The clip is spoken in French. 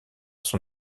son